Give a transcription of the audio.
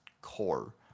core